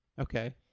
Okay